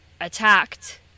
attacked